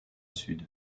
sud